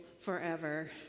forever